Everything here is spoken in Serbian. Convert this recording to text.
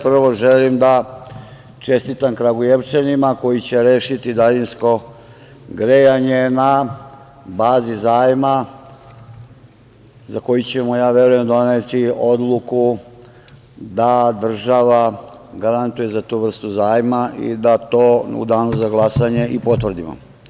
Prvo želim da čestitam Kragujevčanima koji će rešiti daljinsko grejanje na bazi zajma za koji ćemo, ja verujem, doneti odluku da država garantuje za tu vrstu zajma i da to u danu za glasanje i potvrdimo.